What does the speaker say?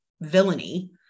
villainy